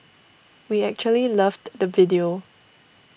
we actually loved the video